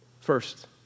first